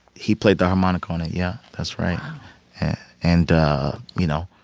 he played the harmonica on it, yeah. that's right wow and you know,